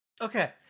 Okay